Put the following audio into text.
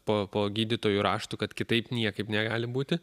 po po gydytojų raštų kad kitaip niekaip negali būti